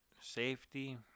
safety